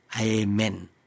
Amen